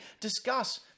discuss